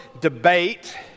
debate